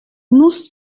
nous